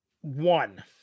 One